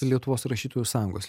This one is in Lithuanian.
lietuvos rašytojų sąjungos